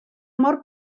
mor